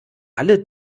alle